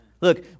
Look